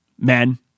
men